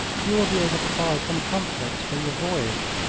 you will be able to buy some comforts for your voyage.